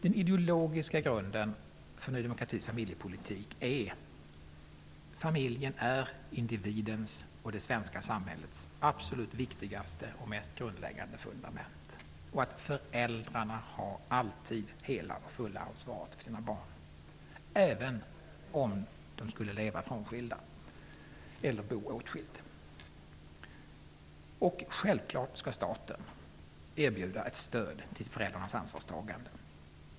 Den ideologiska grunden för Ny demokratis familjepolitik är att familjen är individens och det svenska samhällets absolut viktigaste och mest betydelsefulla fundament och att föräldrarna alltid har det hela och fulla ansvaret för sina barn, även om föräldrarna skulle vara frånskilda eller bo åtskilda. Självklart skall staten erbjuda ett stöd för föräldrarnas ansvarstagande.